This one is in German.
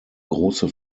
große